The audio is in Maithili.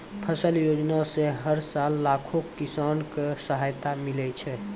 फसल योजना सॅ हर साल लाखों किसान कॅ सहायता मिलै छै